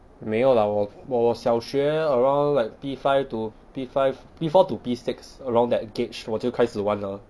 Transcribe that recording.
没有 lah 我我我小学 around like P five to P five P four to P six around that gauge 我就开始玩了